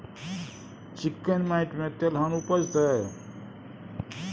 चिक्कैन माटी में तेलहन उपजतै?